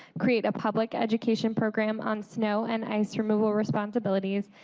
create a public education program on snow and ice removal responsibilities.